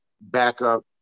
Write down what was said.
backup